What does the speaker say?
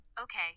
okay